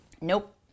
Nope